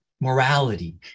morality